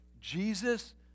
Jesus